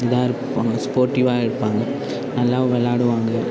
இதாக இருப்பாங்க ஸ்போர்ட்டிவ்வாக இருப்பாங்க நல்லா விளையாடுவாங்க